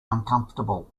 uncomfortable